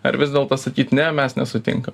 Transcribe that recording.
ar vis dėlto sakyt ne mes nesutinkam